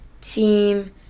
team